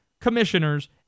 commissioners